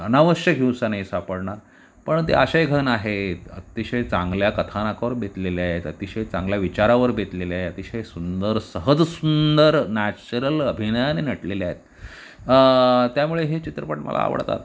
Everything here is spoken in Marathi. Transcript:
अनावश्यक हिंसा नाही सापडणार पण ते आशयघन आहेत अतिशय चांगल्या कथानकावर बेतलेले आहेत अतिशय चांगल्या विचारावर बेतलेले आहेत अतिशय सुंदर सहज सुंदर नॅचरल अभिनयाने नटलेले आहेत त्यामुळे हे चित्रपट मला आवडतात